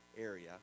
area